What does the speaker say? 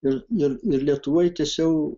ir ir ir lietuvoj tęsiau